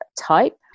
type